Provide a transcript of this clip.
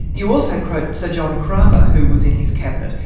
you also quote sir john cramer, who was in his cabinet,